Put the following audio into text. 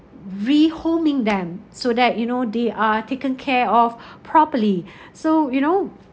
re-homing them so that you know they are taken care of properly so you know